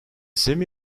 semi